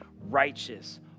righteous